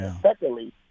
Secondly